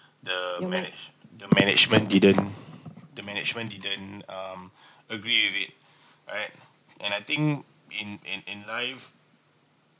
the manage the management didn't the management didn't um agree with it right and I think in in in life